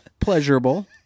Pleasurable